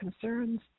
concerns